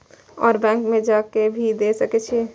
और बैंक में जा के भी दे सके छी?